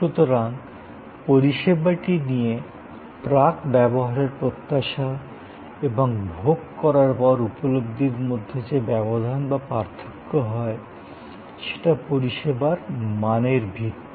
সুতরাং পরিষেবাটি নিয়ে প্রাক ব্যবহারের প্রত্যাশা এবং ভোগ করার পর উপলব্ধির মধ্যে যে ব্যবধান বা পার্থক্য হয় সেটা পরিষেবার মানের ভিত্তি